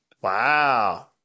Wow